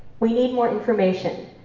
we need more information.